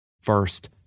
first